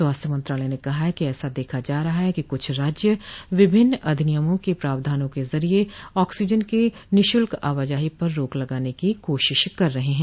स्वास्थ्य मंत्रालय ने कहा है कि एसा देखा जा रहा है कि कुछ राज्य विभिन्न अधिनियमा के प्रावधानों के जरिये ऑक्सीजन की निःशुल्क आवाजाही पर रोक लगाने की कोशिश कर रहे हैं